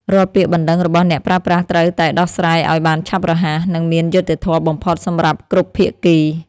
រាល់ពាក្យបណ្ដឹងរបស់អ្នកប្រើប្រាស់ត្រូវតែដោះស្រាយឱ្យបានឆាប់រហ័ស និងមានយុត្តិធម៌បំផុតសម្រាប់គ្រប់ភាគី។